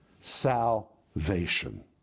Salvation